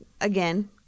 again